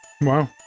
Wow